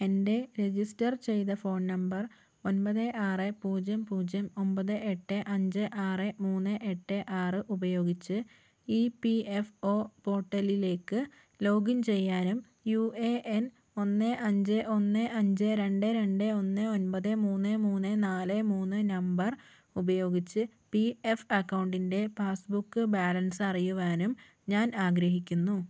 എൻ്റെ രെജിസ്റ്റർ ചെയ്ത phone number ഒൻപത് ആറ് പൂജ്യം പൂജ്യം ഒൻപത് എട്ട് അഞ്ച് ആറ് മൂന്ന് എട്ട് ആറ് ഉപയോഗിച്ച് ഇ പി എഫ് ഒ പോട്ടലിലേക്ക് ലോഗിൻ ചെയ്യാനും യു എ എൻ ഒന്ന് അഞ്ച് ഒന്ന് അഞ്ച് രണ്ട് രണ്ട് ഒന്ന് ഒൻപത് മൂന്ന് മൂന്ന് നാല് മൂന്ന് നമ്പർ ഉപയോഗിച്ച് പി എഫ് അക്കൗണ്ടിൻ്റെ പാസ്ബുക്ക് ബാലൻസ് അറിയുവാനും ഞാൻ ആഗ്രഹിക്കുന്നു